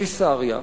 סליחה.